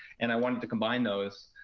and i wanted to combine those.